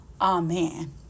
Amen